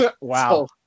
Wow